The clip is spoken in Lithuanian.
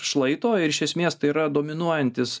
šlaito ir iš esmės tai yra dominuojantis